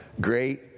great